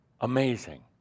amazing